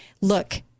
Look